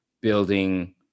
building